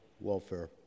welfare